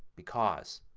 because.